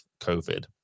COVID